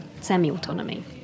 semi-autonomy